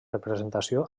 representació